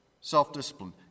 Self-discipline